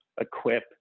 equip